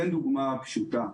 אתן דוגמה פשוטה.